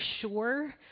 sure